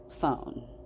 phone